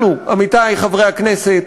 אנחנו, עמיתי חברי הכנסת.